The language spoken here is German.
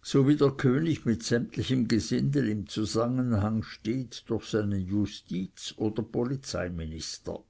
so wie der könig mit sämtlichem gesindel in zusammenhang steht durch seinen justiz und polizeiminister